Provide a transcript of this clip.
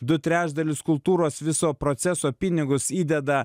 du trečdalius kultūros viso proceso pinigus įdeda